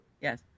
Yes